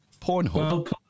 Pornhub